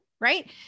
right